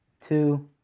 two